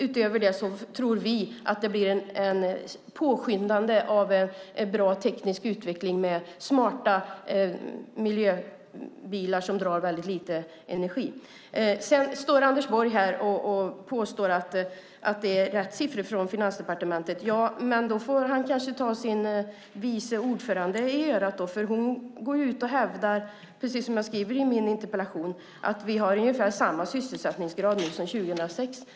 Utöver det tror vi att det blir ett påskyndande av bra teknisk utveckling med smarta miljöbilar som drar lite bränsle. Anders Borg påstår att det är korrekta siffror från Finansdepartementet. I så fall kanske han får ta vice statsministern i örat, för hon har gått ut och hävdat, vilket jag skriver i min interpellation, att vi nu har ungefär samma sysselsättningsgrad som 2006.